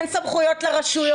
אין סמכויות לרשויות.